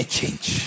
change